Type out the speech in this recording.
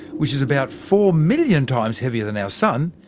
which is about four million times heavier than our sun,